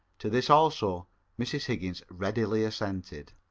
to this also mrs. higgins readily assented.